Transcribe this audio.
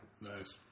Nice